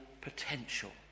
potential